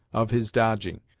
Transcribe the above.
of his dodging,